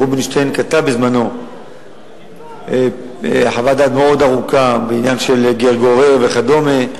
רובינשטיין כתב בזמנו חוות דעת מאוד ארוכה בעניין של "גר גורר" וכדומה,